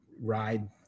ride